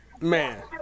Man